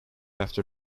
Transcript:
after